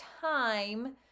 time